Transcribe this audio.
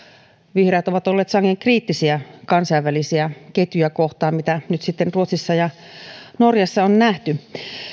vihreät ovat olleet sangen kriittisiä kansainvälisiä ketjuja kohtaan mitä nyt sitten ruotsissa ja norjassa on nähty